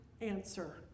answer